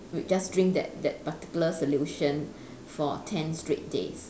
just drink that that particular solution for ten straight days